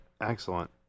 Excellent